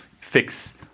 fix